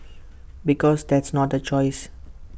because that's not A choice